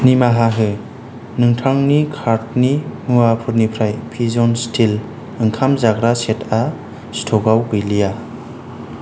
निमाहा हो नोंथांनि कार्टनि मुवाफोरनिफ्राय पिजन स्टिल ओंखाम जाग्रा सेटआ स्टकाव गैलिया